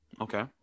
okay